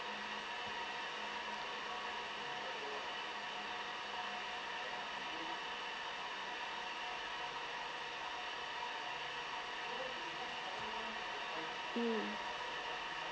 mm